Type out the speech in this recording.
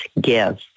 give